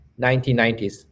1990s